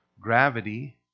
gravity